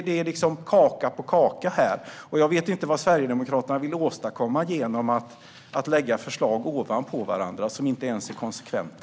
Det är kaka på kaka här. Jag vet inte vad Sverigedemokraterna vill åstadkomma genom att lägga fram förslag ovanpå varandra som inte ens är konsekventa.